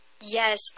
Yes